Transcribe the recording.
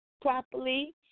properly